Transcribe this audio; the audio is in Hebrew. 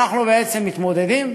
אנחנו מתמודדים